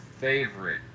favorite